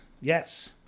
yes